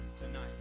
tonight